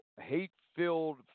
hate-filled